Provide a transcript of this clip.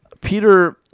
Peter